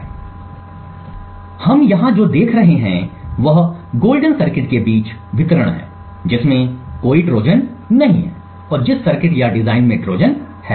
इसलिए हम यहां जो देख रहे हैं वह गोल्डन सर्किट के बीच वितरण है जिसमें कोई ट्रोजन नहीं है और जिस सर्किट या डिज़ाइन में ट्रोजन है